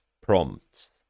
prompts